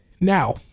Now